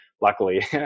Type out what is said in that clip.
luckily